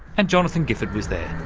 and jonathan gifford was there.